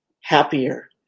happier